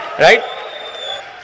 Right